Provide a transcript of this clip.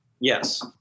Yes